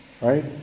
right